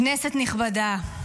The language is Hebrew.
כנסת נכבדה,